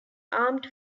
armed